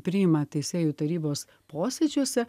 priima teisėjų tarybos posėdžiuose